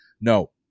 No